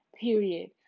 period